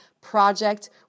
project